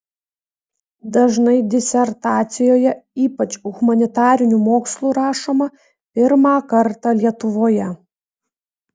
dažnai disertacijoje ypač humanitarinių mokslų rašoma pirmą kartą lietuvoje